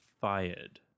fired